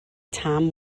tom